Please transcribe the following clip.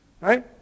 Right